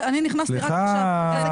אני נכנסתי רק עכשיו --- סליחה,